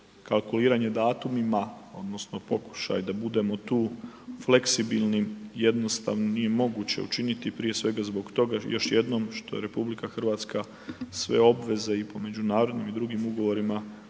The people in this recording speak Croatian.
kalkuliranje datumima odnosno pokušaj da budemo tu fleksibilni jednostavno nije moguće učiniti prije svega zbog toga, još jednom, što je RH sve obveze i po međunarodnim i drugim ugovorima